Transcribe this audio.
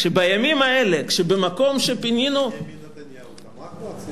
כשבימים אלה, כשבמקום שפינינו, בנימין נתניהו תמך.